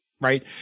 Right